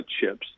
chips